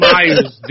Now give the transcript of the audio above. Myers